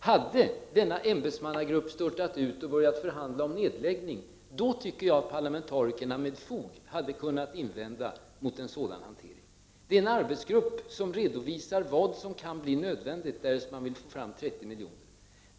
Hade denna ämbetsmannagrupp störtat ut och börjat förhandla om nedläggning, då tycker jag att parlamentarikerna med fog hade kunnat invända mot en sådan hantering. En arbetsgrupp redovisar vad som kan bli nödvändigt, därest man vill få fram 30 miljoner.